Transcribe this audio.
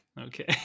okay